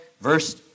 verse